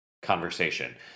Conversation